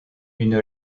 une